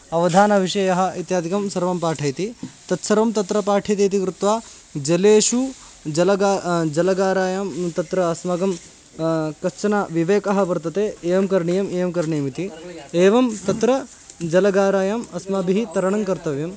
अवधानविषयः इत्यादिकं सर्वं पाठयति तत्सर्वं तत्र पाठ्यते इति कृत्वा जलेषु जलगा जलगारायां तत्र अस्माकं कश्चन विवेकः वर्तते एवं करणीयम् एवं करणीयमिति एवं तत्र जलगारायाम् अस्माभिः तरणं कर्तव्यम्